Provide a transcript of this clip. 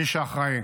מי שאחראי